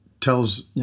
tells